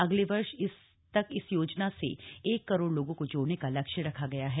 अगले वर्ष तक इस योजना से एक करोड़ लोगों को जोड़ने का लक्ष्य रखा गया है